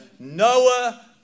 Noah